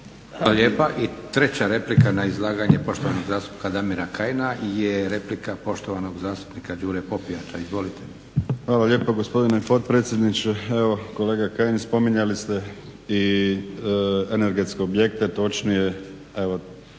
Josip (SDP)** Treća replika na izlaganje poštovanog zastupnika Damira Kajina je replika poštovanog zastupnika Đure Popijača. Izvolite. **Popijač, Đuro (HDZ)** Hvala lijepo gospodine potpredsjedniče. Evo kolega Kajin spominjali ste i energetske objekte točnije